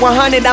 100